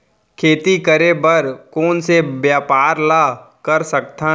खेती करे बर कोन से व्यापार ला कर सकथन?